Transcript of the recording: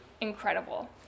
incredible